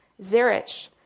Zerich